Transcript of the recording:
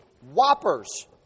whoppers